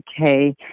okay